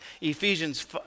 Ephesians